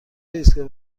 ایستگاه